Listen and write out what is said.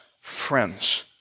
friends